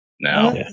now